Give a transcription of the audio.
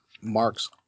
Mark's